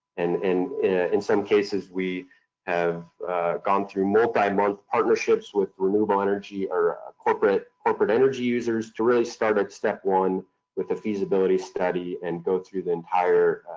and in in some cases we have gone through multi-month partnerships with renewable energy or corporate corporate energy users to really start at step one with a feasibility study and go through the entire,